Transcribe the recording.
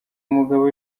umugabo